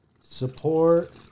Support